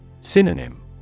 Synonym